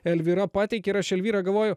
elvyra pateikė ir aš elvyra galvoju